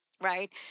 Right